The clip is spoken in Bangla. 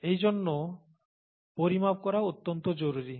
এইজন্য পরিমাপ করা অত্যন্ত জরুরি